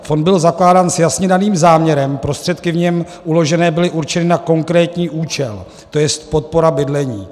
Fond byl zakládán s jasně daným záměrem, prostředky v něm uložené byly určeny na konkrétní účel, to je podpora bydlení.